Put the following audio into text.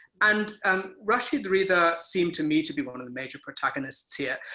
and and rashid rida seemed to me to be one of the major protagonists here.